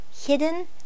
hidden